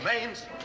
remains